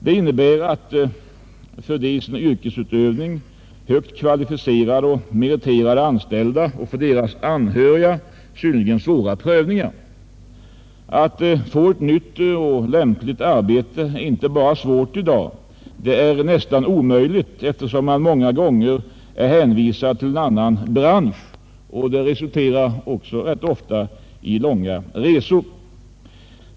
Det innebär för de i sin yrkesutövning högt kvalificerade och meriterade anställda och deras anhöriga synnerligen svåra prövningar. Att få ett nytt, lämpligt arbete är i dag inte bara svårt utan nästan omöjligt, eftersom man många gånger blir hänvisad till en annan bransch, och det resulterar också rätt ofta i långa resor.